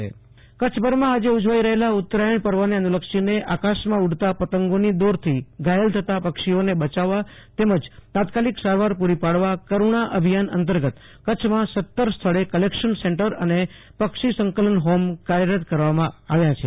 આશુ તોષ Antani Kutch Karuna Abhiyan Kutch ભરમાં આજે ઉજવાઈ રહેલા ઉત્તરાયણ પર્વેને અનુલક્ષીને આકાશ્માં ઉડતા પતંગોની દોરથી ઘાયલ થતાં પક્ષીઓને બયાવવા તેમજ તાત્કાલિક સારવાર પુરી પાડવા કરૂણા અભિયાન અંતર્ગત કચ્છમાં સત્તર સ્થળે કલેકશન સેન્ટર અને પક્ષી સંકલન હોલ કાર્યરત કરવામાં આવશે